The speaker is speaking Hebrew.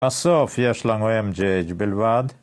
בסוף יש לנו MJ בלבד